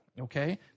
Okay